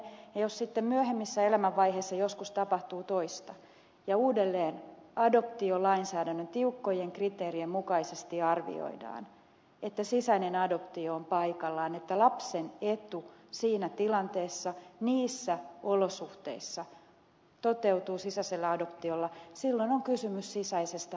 jos sitten myöhemmissä elämänvaiheissa joskus tapahtuu toista ja uudelleen adoptiolainsäädännön tiukkojen kriteerien mukaisesti arvioidaan että sisäinen adoptio on paikallaan että lapsen etu siinä tilanteessa niissä olosuhteissa toteutuu sisäisellä adoptiolla silloin on kysymys sisäisestä